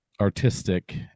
artistic